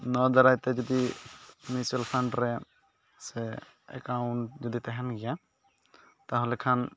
ᱱᱚᱣᱟ ᱫᱟᱨᱟᱭᱛᱮ ᱡᱩᱫᱤ ᱢᱤᱭᱩᱪᱩᱣᱟᱞ ᱯᱷᱟᱱᱰ ᱨᱮ ᱥᱮ ᱮᱠᱟᱣᱩᱴ ᱡᱩᱫᱤ ᱛᱟᱦᱮᱱ ᱜᱮᱭᱟ ᱛᱟᱦᱚᱞᱮ ᱠᱷᱟᱱ